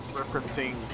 referencing